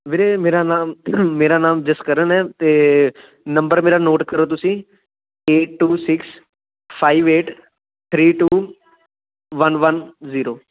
ਵੀਰੇ ਮੇਰਾ ਨਾਮ ਮੇਰਾ ਨਾਮ ਜਸਕਰਨ ਹੈ ਅਤੇ ਨੰਬਰ ਮੇਰਾ ਨੋਟ ਕਰੋ ਤੁਸੀਂ eight two six five eight three two one one zero